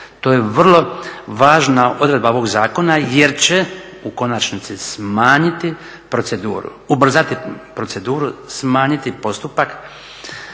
To je vrlo važna odredba ovog zakona jer će u konačnici ubrzati proceduru, smanjiti postupak